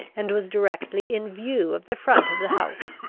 and was directly in view of the front of the house.